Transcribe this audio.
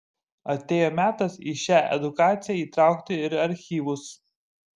atėjo metas į šią edukaciją įtraukti ir archyvus